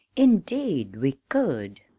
indeed we could!